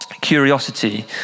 Curiosity